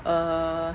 err